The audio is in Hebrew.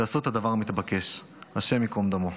תעשו את הדבר המתבקש, השם ייקום דמו.